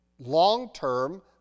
long-term